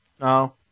No